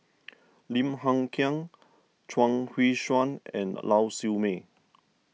Lim Hng Kiang Chuang Hui Tsuan and Lau Siew Mei